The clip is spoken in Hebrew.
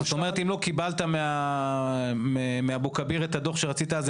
זאת אומרת אם לא קיבלת מאבו כביר את הדוח שרצית אז